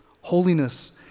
Holiness